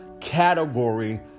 category